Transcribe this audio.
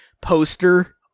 poster